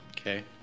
Okay